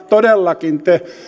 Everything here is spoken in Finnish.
todellakin te